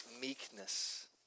meekness